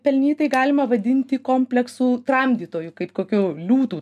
pelnytai galima vadinti kompleksų tramdytoju kaip kokių liūtų